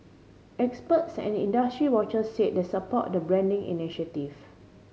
experts and industry watchers said they support the branding initiative